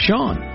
Sean